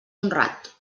honrat